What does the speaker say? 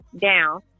down